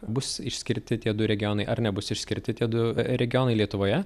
bus išskirti tie du regionai ar nebus išskirti tie du regionai lietuvoje